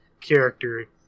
character